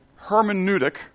hermeneutic